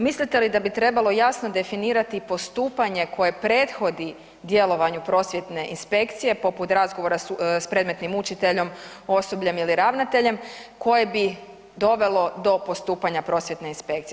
Mislite li da bi trebalo jasno definirati postupanje koje prethodi djelovanju prosvjetne inspekcije poput razgovora s predmetnim učiteljem, osobljem ili ravnateljem koje bi dovelo do postupanja prosvjetne inspekcije?